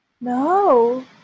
No